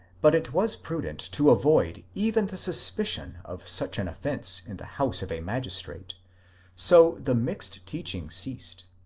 but it was prudent to avoid even the suspicion of such an offence in the house of a magistrate so the mixed teaching ceased.